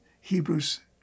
Hebrews